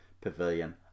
pavilion